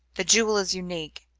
the jewel is unique,